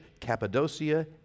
Cappadocia